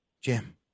Jim